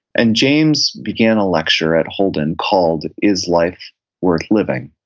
and james began a lecture at holden called is life worth living?